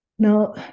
Now